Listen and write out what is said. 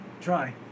try